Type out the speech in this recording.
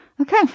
okay